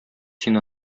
син